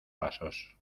pasos